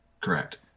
Correct